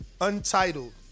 untitled